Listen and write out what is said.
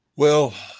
well,